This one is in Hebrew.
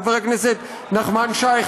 חבר הכנסת נחמן שי,